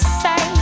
say